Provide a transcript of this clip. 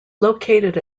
located